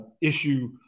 issue